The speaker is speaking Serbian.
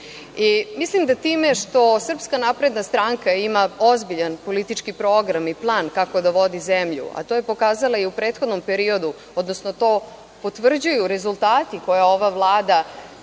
zemlji. Mislim da time SNS ima ozbiljan politički program i plan kako da vodi zemlju, a to je pokazala i u prethodnom periodu, odnosno to potvrđuju rezultati koje ova vlada